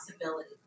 possibility